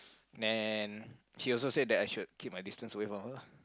then she also said that I should keep my distance away from her ah